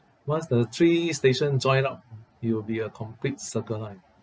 once the three station join up it will be a complete circle line